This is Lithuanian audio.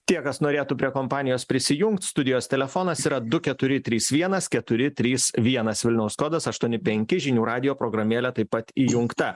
tie kas norėtų prie kompanijos prisijungt studijos telefonas yra du keturi trys vienas keturi trys vienas vilniaus kodas aštuoni penki žinių radijo programėlė taip pat įjungta